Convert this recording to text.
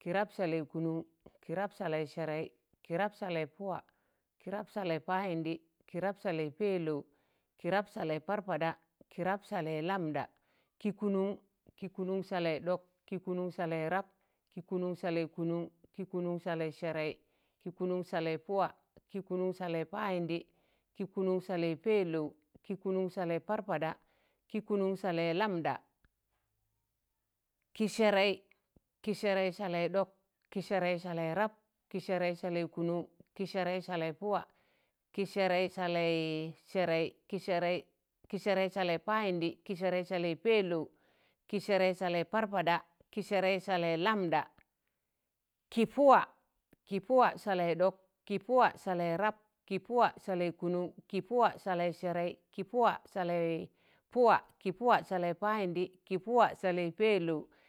kị rap salẹị kụnụṇ, kirap salẹị sẹrẹị, kirap salẹị puwa, kị kirap salẹị payịndị, kirap salẹị pẹẹlow, kirap salẹị parpaḍa, kirap salẹị lamḍa, kị kụnụṇ. kị kụnụṇ salẹị ɗ̣ọk, kị kụnụṇ salẹị rap, kị kụnụṇ salẹị kụnụṇ, kị kụnụṇ salẹị sẹrẹị, kị kụnụṇ salẹị puwa, kị kụnụṇ salẹị payịndi, kị kụnụṇ salẹị pẹẹlọw, kị kụnụṇ salẹị parpaɗa, kụnụṇ salẹi̱ lamḍa, kị sẹrẹị. kị sẹrẹị salẹị dọk, kị sẹrẹị salẹị rap, kị sẹrẹị salẹị kụnụṇ, kị sẹrẹị salẹị puwa, kị sẹrẹị salẹị sẹrẹị, kị sẹrẹị, kị sẹrẹị salẹị payịndị, kị sẹrẹị salẹị pẹẹlọw, ki̱ sẹrẹị salẹị parpaɗa, kị sẹrẹị salẹị lamɗa, kị pụwa, kị pụwa salẹị ɗọk, kị pụwa salẹị rap, kị pụwa salẹị kụnụṇ kị pụwa salẹị sẹrẹị, kị pụwa salẹị pụwa, kị pụwa salẹị payịndị, kị pụwa salẹị pẹẹlọụ.